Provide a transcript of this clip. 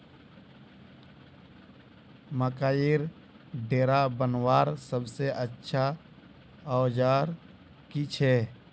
मकईर डेरा बनवार सबसे अच्छा औजार की छे?